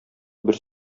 бер